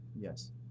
Yes